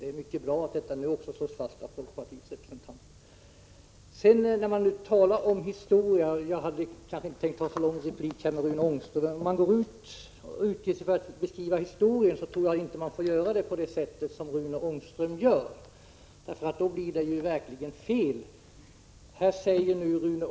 Det är mycket bra att detta nu slås fast även av folkpartiets representant. När man beskriver historien — jag hade inte tänkt ha en så lång replik till Rune Ångström - tror jag inte att man får göra det på Rune Ångströms sätt.